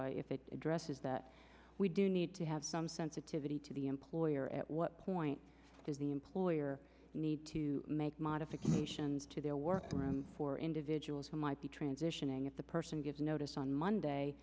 but if it addresses that we do need to have some sensitivity to the employer at what point does the employer need to make modifications to their work for individuals who might be transitioning if the person gives notice on monday